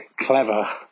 Clever